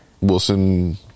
Wilson